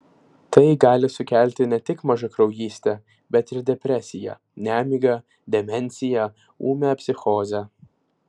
tai gali sukelti ne tik mažakraujystę bet ir depresiją nemigą demenciją ūmią psichozę